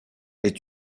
est